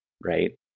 right